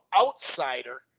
outsider